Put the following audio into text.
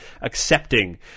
accepting